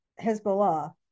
Hezbollah